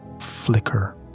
flicker